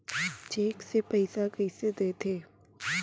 Cheque से पइसा कइसे देथे?